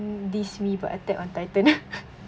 mm diss me but attack on titan